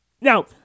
now